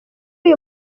uyu